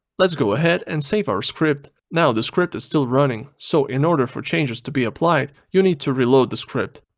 let's go ahead and save our script. now the script is still running, so in order for changes to be applied you need to reload the script.